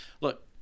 Look